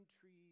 trees